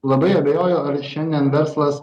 labai abejoju ar šiandien verslas